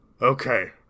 okay